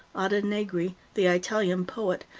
ada negri, the italian poet,